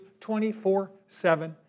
24-7